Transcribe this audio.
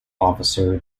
officer